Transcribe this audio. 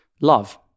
love